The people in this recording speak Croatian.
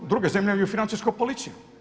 Druge zemlje imaju financijsku policiju.